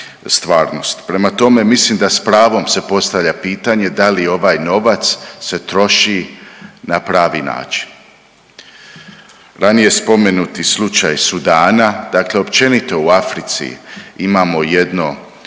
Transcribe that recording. prema tome, mislim da s pravom se postavlja pitanje da li ovaj novac se troši na pravi način. Ranije spomenuti slučaj Sudana, dakle općenito u Africi imamo jedno,